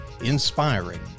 inspiring